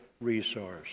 Resource